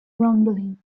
rumbling